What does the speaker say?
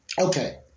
Okay